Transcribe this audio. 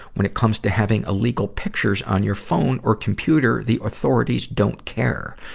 when it comes to having illegal pictures on your phone or computer, the authorities don't care,